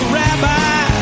rabbi